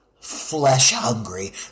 flesh-hungry